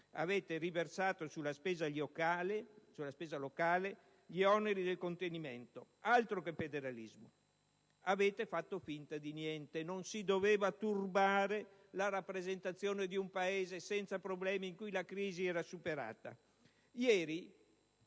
avete riversato sulla spesa locale gli oneri del contenimento. Altro che federalismo! Avete fatto finta di niente perché non si doveva turbare la rappresentazione di un Paese senza problemi in cui la crisi era superata. L'altro